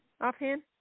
Offhand